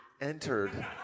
entered